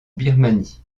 birmanie